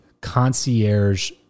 concierge